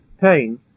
pain